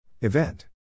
Event